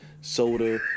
soda